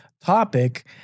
topic